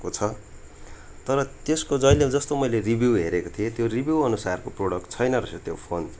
को छ तर त्यसको जहिले जस्तो मैले रिभ्यू हेरेको थिएँ त्यो रिभ्यू अनुसार प्रडक्ट छैन रहेछ त्यो फोन